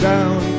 Down